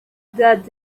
that